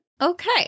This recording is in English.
Okay